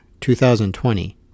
2020